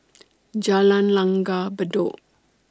Jalan Langgar Bedok